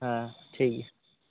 ᱦᱟᱸ ᱴᱷᱤᱠ ᱜᱮᱭᱟ